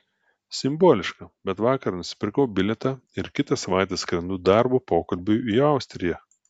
simboliška bet vakar nusipirkau bilietą ir kitą savaitę skrendu darbo pokalbiui į austriją